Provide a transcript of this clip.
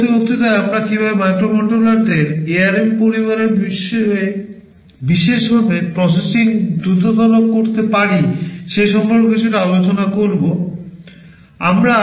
পরবর্তী বক্তৃতায় আমরা কীভাবে মাইক্রোকন্ট্রোলারদের ARM পরিবারের বিষয়ে বিশেষভাবে প্রসেসিং দ্রুততর করতে পারি সে সম্পর্কে কিছুটা আলোচনা শুরু করব